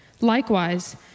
Likewise